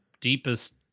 deepest